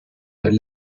they